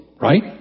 right